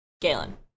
Galen